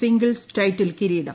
singles title കിരീടം